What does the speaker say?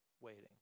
waiting